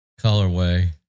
colorway